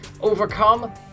overcome